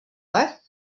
lev